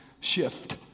Shift